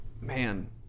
man